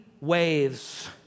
waves